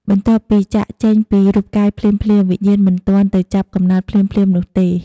បន្ទាប់ពីចាកចេញពីរូបកាយភ្លាមៗ វិញ្ញាណមិនទាន់ទៅចាប់កំណើតភ្លាមៗនោះទេ។